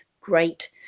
great